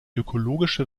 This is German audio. ökologische